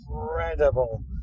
incredible